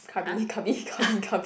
Krabi Krabi Krabi Krabi